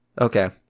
Okay